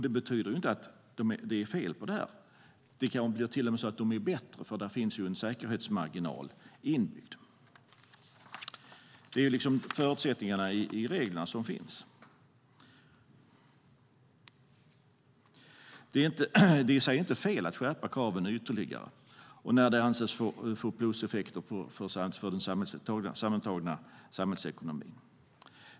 Det betyder inte att det är fel på målen. Det är kanske till och med så att de är bättre eftersom det finns en säkerhetsmarginal inbyggda i dem. Förutsättningarna finns i reglerna. Det är inte fel att skärpa kraven ytterligare när de anses få pluseffekter för den sammantagna samhällsekonomin.